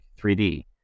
3D